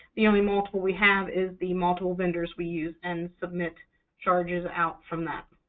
the only multiple we have is the multiple vendors we use and submit charges out from that.